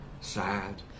Sad